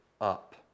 up